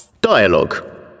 Dialogue